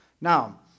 Now